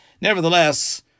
Nevertheless